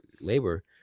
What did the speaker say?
labor